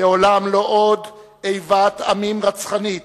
לעולם לא עוד איבת עמים רצחנית,